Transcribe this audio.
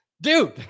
dude